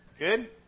Good